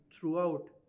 throughout